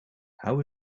how